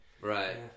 Right